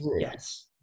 Yes